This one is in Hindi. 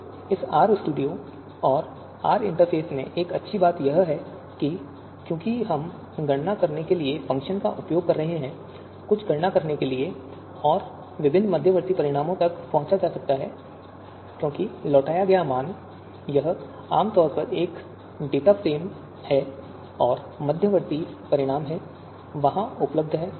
तो इस RStudio और R इंटरफ़ेस में एक अच्छी बात यह है कि क्योंकि हम गणना करने के लिए फ़ंक्शन का उपयोग कर रहे हैं कुछ गणना करने के लिए और विभिन्न मध्यवर्ती परिणामों तक पहुँचा जा सकता है क्योंकि लौटाया गया मान यह आम तौर पर एक डेटा फ्रेम है और विभिन्न मध्यवर्ती परिणाम हैं वहाँ उपलब्ध है